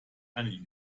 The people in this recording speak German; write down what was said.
eine